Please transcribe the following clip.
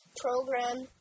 program